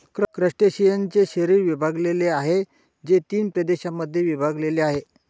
क्रस्टेशियन्सचे शरीर विभागलेले आहे, जे तीन प्रदेशांमध्ये विभागलेले आहे